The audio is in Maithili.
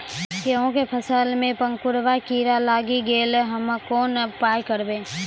गेहूँ के फसल मे पंखोरवा कीड़ा लागी गैलै हम्मे कोन उपाय करबै?